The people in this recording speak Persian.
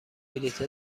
بلیط